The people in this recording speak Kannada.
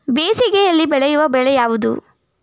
ಬೇಸಿಗೆಯಲ್ಲಿ ಬೆಳೆಯುವ ಬೆಳೆ ಯಾವುದು?